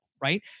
right